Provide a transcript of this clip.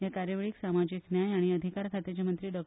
हे कार्यावळीक सामाजिक न्याय आनी अधिकार खात्याचे मंत्री डॉ